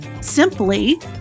simply